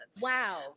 Wow